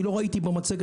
אני לא ראיתי את זה במצגת,